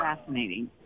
fascinating